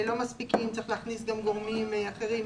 לא מספיקים וצריך להכניס גם גורמים אחרים.